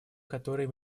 которые